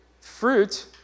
fruit